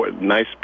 nice